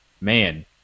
man